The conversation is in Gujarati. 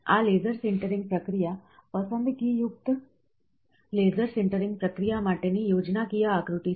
આ લેસર સિન્ટરિંગ પ્રક્રિયા પસંદગીયુક્ત લેસર સિન્ટરિંગ પ્રક્રિયા માટેની યોજનાકીય આકૃતિ છે